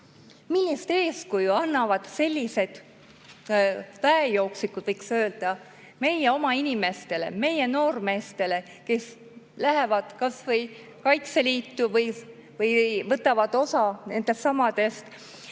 Millist eeskuju annavad sellised väejooksikud, võiks öelda, meie oma inimestele, meie noormeestele, kes lähevad kas või Kaitseliitu või võtavad osa nendestsamadest